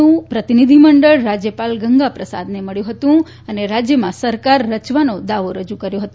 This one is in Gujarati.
નું પ્રતિનિધિમંડળ રાજ્યપાલ ગંગા પ્રસાદને મળ્યું ફતું અને રાજ્યમાં સરકાર રચવાનો દાવો રજૂ કર્યો ફતો